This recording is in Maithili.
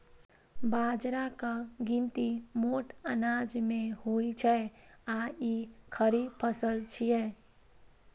बाजराक गिनती मोट अनाज मे होइ छै आ ई खरीफ फसल छियै